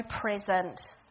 present